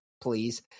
please